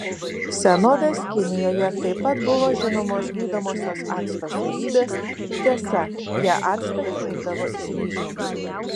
senovės kinijoje taip pat buvo žinomos gydomosios acto savybės tiesa jie actą gamindavo iš ryžių